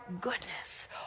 goodness